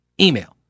email